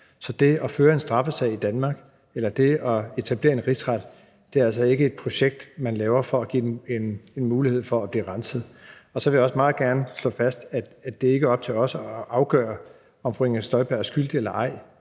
Så det at føre en straffesag i Danmark eller det at etablere en rigsretssag er altså ikke et projekt, man laver for at give en mulighed for at blive renset. Så vil jeg også meget gerne slå fast, at det ikke er op til os at afgøre, om fru Inger Støjberg er skyldig eller ej